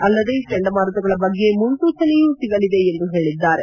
ಅಲ್ಲದೇ ಚಂಡಮಾರುತಗಳ ಬಗ್ಗೆ ಮುನ್ಲೂಚನೆಯು ಸಿಗಲಿದೆ ಎಂದು ಹೇಳಿದ್ದಾರೆ